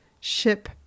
ship